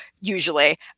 Usually